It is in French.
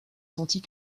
sentit